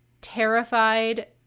terrified